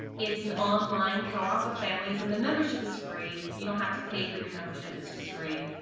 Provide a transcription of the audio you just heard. it's an online co-op of families and the membership is free you don't have to pay for your membership it's just free,